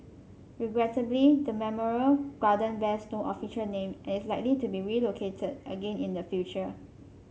regrettably the memorial garden bears no official name and is likely to be relocated again in the future